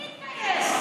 מי יתגייס?